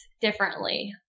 differently